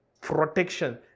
protection